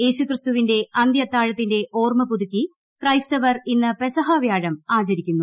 യേശു ക്രിസ്തുവിന്റെ അന്തൃ അത്താഴത്തിന്റെ ഓർമ്മ പുതുക്കി ക്രൈസ്തവർ ഇന്ന് പെസഹ വ്യാഴം ആചരിക്കുന്നു